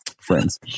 friends